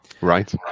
right